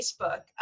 Facebook